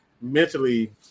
mentally –